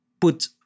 put